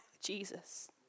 Jesus